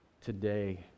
today